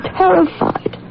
terrified